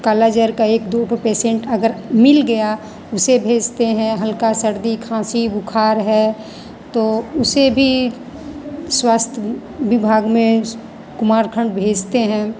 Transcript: काला जर का एक दो ठो पेशेंट अगर मिल गया उसे भेजते हैं हल्का खांसी सर्दी बुखार है तो उसे भी स्वास्थ्य विभाग में कुमारखंड भेजते हैं